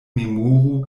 memoru